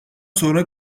sonra